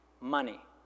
Money